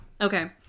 Okay